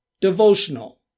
devotional